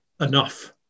enough